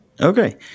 Okay